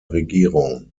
regierung